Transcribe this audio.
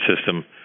system